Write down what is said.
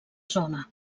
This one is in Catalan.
zona